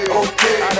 okay